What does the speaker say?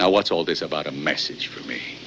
now what's all this about a message for